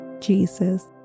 Jesus